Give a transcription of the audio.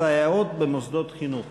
סייעות במוסדות חינוך.